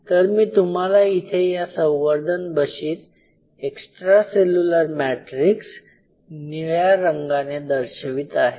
तर मी तुम्हाला इथे या संवर्धन बशीत एक्स्ट्रा सेल्युलर मॅट्रिक्स निळ्या रंगाने दर्शवित आहे